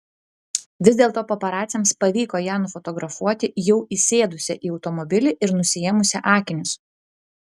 vis dėlto paparaciams pavyko ją nufotografuoti jau įsėdusią į automobilį ir nusiėmusią akinius